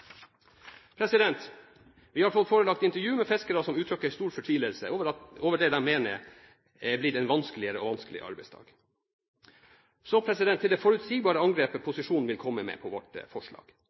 Vi har fått forelagt intervjuer med fiskere som uttrykker stor fortvilelse over det de mener er blitt en vanskeligere og vanskeligere arbeidsdag. Så til det forutsigbare angrepet posisjonen vil komme med på vårt forslag.